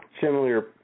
similar